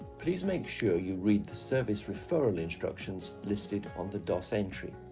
please make sure you read the service referral instructions listed on the dos entry.